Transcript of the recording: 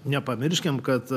nepamirškime kad